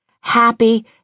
Happy